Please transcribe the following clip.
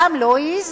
אתם לא העזו.